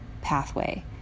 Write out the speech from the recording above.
pathway